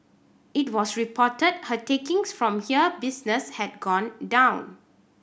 it was reported her takings from here business had gone down